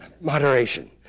moderation